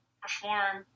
perform